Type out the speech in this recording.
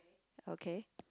okay